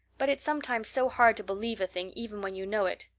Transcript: but it's sometimes so hard to believe a thing even when you know it.